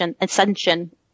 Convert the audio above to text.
ascension